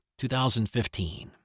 2015